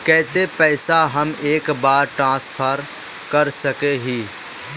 केते पैसा हम एक बार ट्रांसफर कर सके हीये?